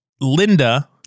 Linda